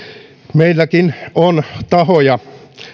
meilläkin on tahoja